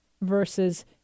versus